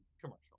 commercial